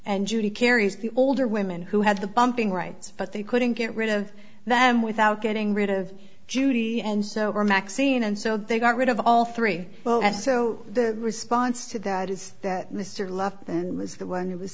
and judy carries the older women who had the bumping rights but they couldn't get rid of them without getting rid of judy and so were maxine and so they got rid of all three well so the response to that is that mr left and was the one who was